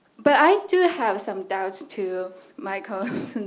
but i do have some doubts to michael's